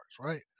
right